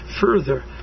further